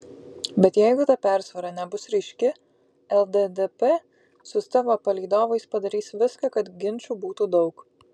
bet jeigu ta persvara nebus ryški lddp su savo palydovais padarys viską kad ginčų būtų daug